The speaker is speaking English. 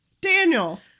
Daniel